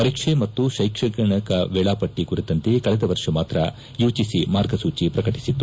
ಪರೀಕ್ಷೆ ಮತ್ತು ಶೈಕ್ಷಣಿಕ ವೇಳಾಪಟ್ಟ ಕುರಿತಂತೆ ಕಳೆದ ವರ್ಷ ಮಾತ್ರ ಯುಜಿಸಿ ಮಾರ್ಗಸೂಚಿ ಪ್ರಕಟಿಸಿತ್ತು